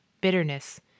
bitterness